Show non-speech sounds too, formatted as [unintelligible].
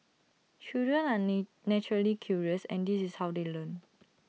children are [unintelligible] naturally curious and this is how they learn